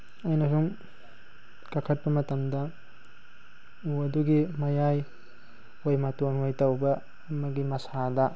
ꯑꯩꯅ ꯁꯨꯝ ꯀꯥꯈꯠꯄ ꯃꯇꯝꯗ ꯎ ꯑꯗꯨꯒꯤ ꯃꯌꯥꯏ ꯑꯣꯏ ꯃꯇꯣꯟ ꯑꯣꯏ ꯇꯧꯕ ꯑꯃꯒꯤ ꯃꯁꯥꯗ